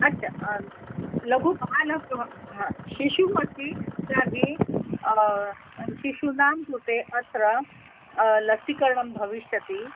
अच्छा लघुबालकः हा शिशुः अस्ति तर्ही शिशोः कृते अत्र लसीकरणं भविष्यति